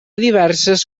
diverses